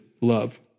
love